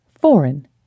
foreign